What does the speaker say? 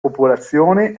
popolazione